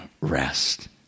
rest